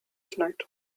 tonight